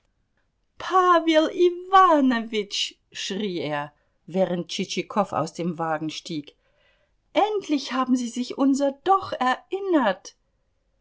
iwanowitsch schrie er während tschitschikow aus dem wagen stieg endlich haben sie sich unser doch erinnert